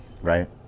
Right